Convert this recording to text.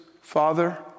father